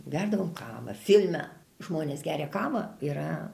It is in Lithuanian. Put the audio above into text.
gerdavome kavą filme žmonės geria kavą yra